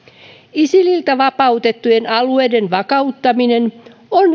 isililtä vapautettujen alueiden vakauttaminen on